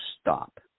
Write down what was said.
stop